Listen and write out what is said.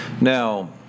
Now